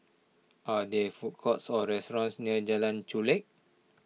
are there food courts or restaurants near Jalan Chulek